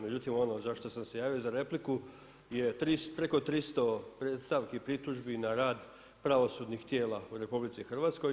Međutim, ono za što sam se javio za repliku je preko 300 predstavki i pritužbi na rad pravosudnih tijela u RH.